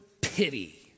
pity